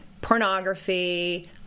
pornography